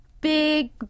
big